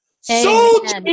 Soldiers